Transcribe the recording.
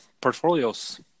portfolios